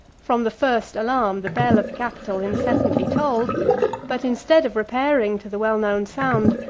from the first alarm, the bell of the capitol incessantly tolled but, instead of repairing to the well-known sound,